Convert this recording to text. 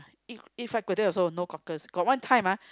eat eat fried kway-teow also no cockles got one time ah